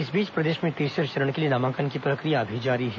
इस बीच प्रदेश में तीसरे चरण के लिए नामांकन की प्रक्रिया अभी जारी है